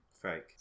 Fake